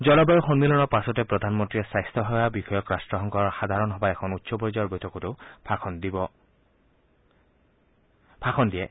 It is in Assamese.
জলবায়ু সন্মিলনৰ পাছতে প্ৰধানমন্ত্ৰীয়ে স্বাস্থ্যসেৱা বিষয়ক ৰাট্টসংঘৰ সাধাৰণ সভাৰ এখন উচ্চ পৰ্যায়ৰ বৈঠকতো ভাষণ দিয়ে